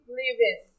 living